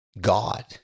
God